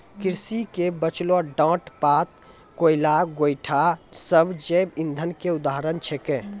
कृषि के बचलो डांट पात, कोयला, गोयठा सब जैव इंधन के उदाहरण छेकै